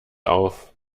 auf